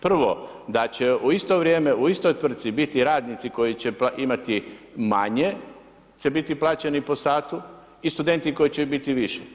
Prvo da će u isto vrijeme, u istoj tvrtci biti radnici koji će imati manje, će biti plaćeni po sati i studenti koji će biti više.